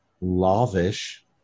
lavish –